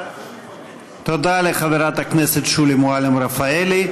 תודה לחברת הכנסת שולי מועלם רפאלי.